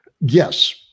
Yes